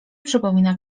przypomina